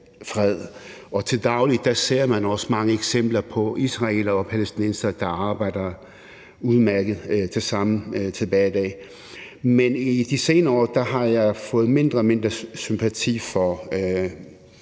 fred, og til daglig ser man også mange eksempler på israelere og palæstinensere, der arbejder udmærket sammen til hverdag. Men i de senere år har jeg fået mindre og mindre sympati for